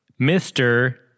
Mr